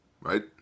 right